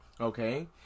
Okay